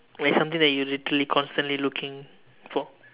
like something that you literally constantly looking for